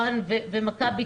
רן ומכבי,